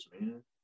man